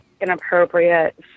inappropriate